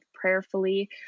prayerfully